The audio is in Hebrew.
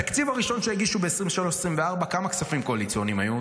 בתקציב הראשון שהגישו ב-2023 2024 כמה כספים קואליציוניים היו?